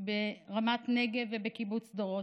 ברמת נגב ובקיבוץ דורות.